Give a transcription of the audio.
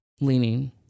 leaning